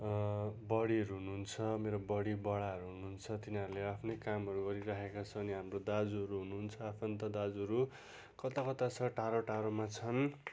बढीहरू हुनुहुन्छ मेरो बढी बढाहरू हुनुहुन्छ तिनीहरूले आफ्नै कामहरू गरिरहेका छन् अनि हाम्रो दाजुहरू हुनुहुन्छ आफन्त दाजुहरू कता कता छ टाढो टाढोमा छन्